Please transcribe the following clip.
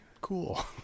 cool